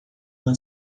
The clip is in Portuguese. uma